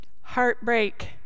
Heartbreak